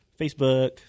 Facebook